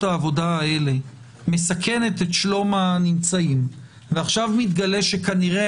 העבודה האלה מסכנת את שלום הנמצאים ועכשיו מתגלה שכנראה